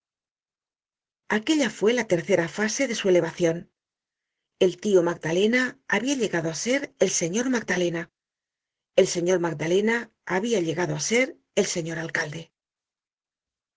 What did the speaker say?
aquella fue la tercera fase de su elevacion el tio magdalena habia llegado á ser el señor magdalena el señor magdalena habia llegado a ser el señor alcalde